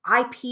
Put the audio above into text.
IP